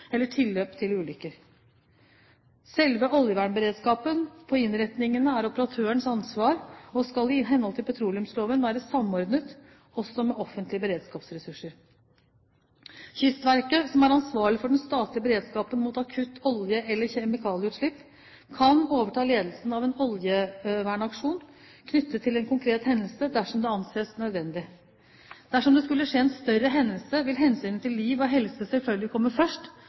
eller tilløp til ulykker. Selve oljevernberedskapen på innretningene er operatørenes ansvar og skal i henhold til petroleumsloven være samordnet, også med offentlige beredskapsressurser. Kystverket, som er ansvarlig for den statlige beredskapen mot akutte olje- eller kjemikalieutslipp, kan overta ledelsen av en oljevernaksjon knyttet til en konkret hendelse dersom det anses nødvendig. Dersom det skulle skje en større hendelse, vil hensynet til liv og helse selvfølgelig komme først,